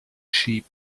sheep